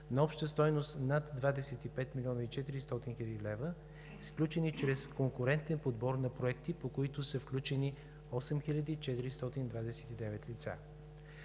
на обща стойност над 25 млн. 400 хил. лв., сключени чрез конкурентен подбор на проекти, по които са влючени 8429 лица.